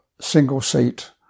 single-seat